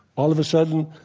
all of a sudden,